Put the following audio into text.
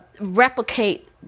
replicate